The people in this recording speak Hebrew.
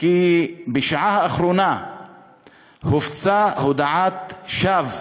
"בשעה האחרונה הופצה הודעת שווא